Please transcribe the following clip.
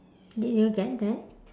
did you get that